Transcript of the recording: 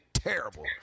Terrible